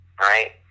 right